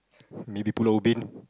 maybe Pulau-Ubin